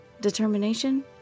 Determination